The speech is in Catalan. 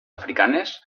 africanes